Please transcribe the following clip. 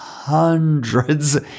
hundreds